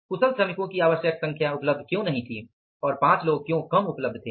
कुशल श्रमिकों की आवश्यक संख्या उपलब्ध क्यों नहीं थी और 5 लोग क्यों कम उपलब्ध थे